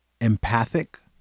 empathic